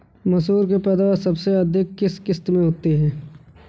मसूर की पैदावार सबसे अधिक किस किश्त में होती है?